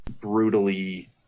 brutally